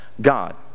God